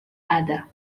ada